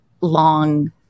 long